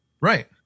Right